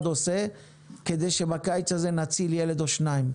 עושה כדי שבקיץ הזה נציל ילד או שניים.